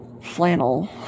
flannel